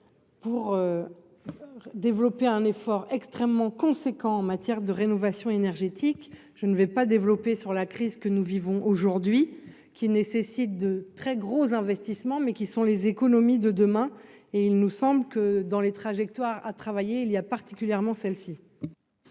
pour développer un effort extrêmement conséquent en matière de rénovation énergétique, je ne vais pas développer sur la crise que nous vivons aujourd'hui, qui nécessite de très gros investissements mais qui sont les économies de demain et il nous semble que dans les trajectoires à travailler il y a, particulièrement celle-ci.